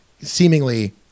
seemingly